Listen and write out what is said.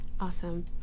Awesome